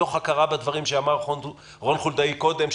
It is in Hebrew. מתוך הכרה בדברים שאמר רון חולדאי קודם,